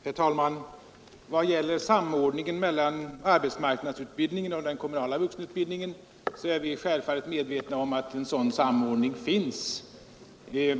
Herr talman! I vad gäller samordningen mellan arbetsmarknadsutbildningen och den kommunala vuxenutbildningen är vi självfallet medvetna om att en sådan samordning finns.